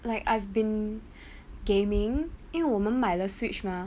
like I've been gaming 因为我们买了 switch mah